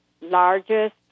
largest